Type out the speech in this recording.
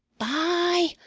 by!